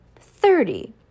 Thirty